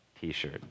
T-shirt